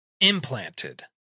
implanted